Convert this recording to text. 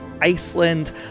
Iceland